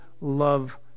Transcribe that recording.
love